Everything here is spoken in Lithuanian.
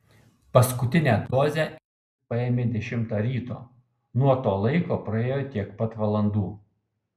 paskutinę dozę edis paėmė dešimtą ryto nuo to laiko praėjo tiek pat valandų